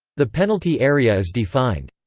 the penalty area is defined.